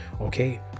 Okay